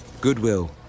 Goodwill